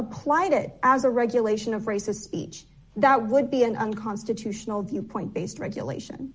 applied it as a regulation of racist speech that would be an unconstitutional viewpoint based regulation